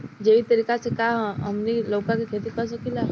जैविक तरीका से का हमनी लउका के खेती कर सकीला?